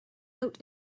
out